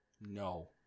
No